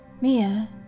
Mia